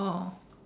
oh